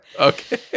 Okay